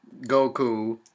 Goku